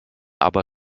aber